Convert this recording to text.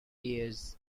years